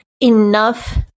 enough